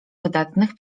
wydatnych